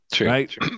right